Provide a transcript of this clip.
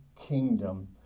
kingdom